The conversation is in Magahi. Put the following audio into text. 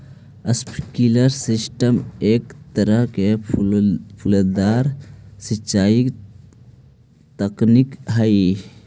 स्प्रिंकलर सिस्टम एक तरह के फुहारेदार सिंचाई तकनीक हइ